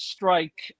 Strike